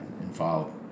involved